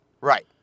Right